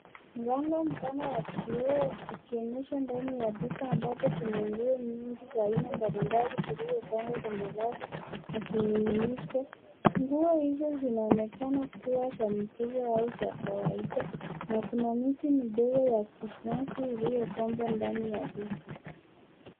Mlango mpana wa kioo ukionyesha ndani ya duka ambapo kuna nguo nyingi za aina mbali mbali zilizopangwa kwenye rafu na vimiminiko. Nguo hizo zinaonekana kuwa za michezo au za kawaida na kuna miti midogo ya krisimasi iliyopambwa ndani ya duka.